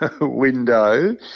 window